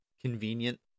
convenient